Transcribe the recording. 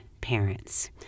parents